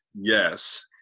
Yes